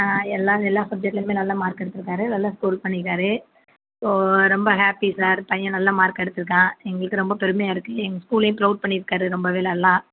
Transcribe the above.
எல்லா எல்லா சப்ஜெக்ட்லையுமே நல்ல மார்க் எடுத்துருக்கார் நல்லா ஸ்கோர் பண்ணிருக்கார் ஸோ ரொம்ப ஹேப்பி சார் பையன் நல்ல மார்க் எடுத்துயிருக்கான் எங்களுக்கு ரொம்ப பெருமையாக இருக்கு எங் ஸ்கூல்லே ப்ரௌட் பண்ணியிருக்காரு ரொம்பவே லல்லா